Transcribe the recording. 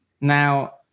Now